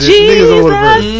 Jesus